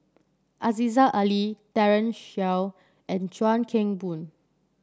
Aziza Ali Daren Shiau and Chuan Keng Boon